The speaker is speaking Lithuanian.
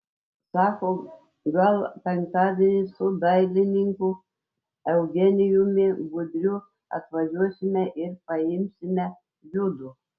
sako gal penktadienį su dailininku eugenijumi budriu atvažiuosime ir paimsime judu